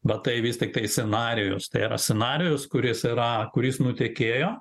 va tai vis tiktai scenarijus tai yra scenarijus kuris yra kuris nutekėjo